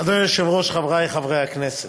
אדוני היושב-ראש, חברי חברי הכנסת,